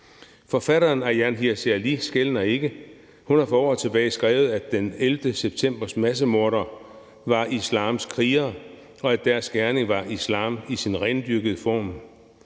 Forfatteren Ayaan Hirsi Ali skelner ikke. Hun har for år tilbage skrevet, at den 11. septembers massemordere var islams krigere, og at deres gerning var islam i sin rendyrkede form.